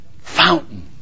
fountain